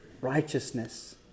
righteousness